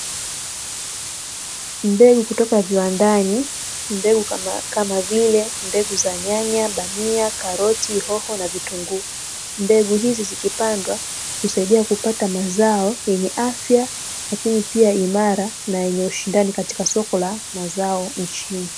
Mbegu kutoka viwandani ni mbegu kama vile: mbegu za nyanya, bamia, karoti, hoho na vitunguu, mbegu hizi zikipandwa husaidia kupata mazao yenye afya, lakini pia imara na yenye ushindani katika soko la mazao nchini.